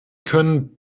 können